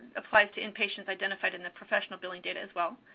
applies to inpatients identified in the professional billing data as well.